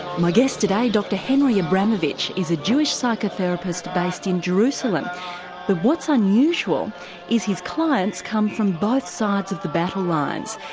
my guest today, dr henry abramovitch, is a jewish psychotherapist based in jerusalem. but what's unusual is his patients come from both sides of the battlelines.